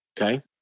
okay